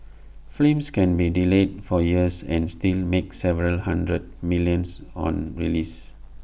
films can be delayed for years and still make several hundred millions on release